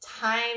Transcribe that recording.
time